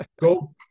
go